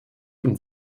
und